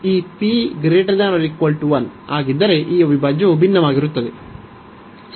ಈ p≥1 ಆಗಿದ್ದರೆ ಈ ಅವಿಭಾಜ್ಯವು ಭಿನ್ನವಾಗಿರುತ್ತದೆ